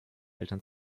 eltern